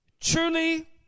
truly